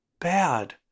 bad